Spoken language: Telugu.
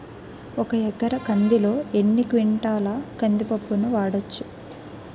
ఒక ఎకర కందిలో ఎన్ని క్వింటాల కంది పప్పును వాడచ్చు?